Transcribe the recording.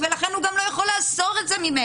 ולכן הוא גם לא יכול לאסור את זה עלי.